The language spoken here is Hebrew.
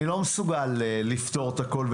אני לא מסוגל לפתור את הכול.